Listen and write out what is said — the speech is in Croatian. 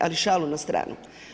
Ali šalu na stranu.